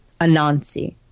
Anansi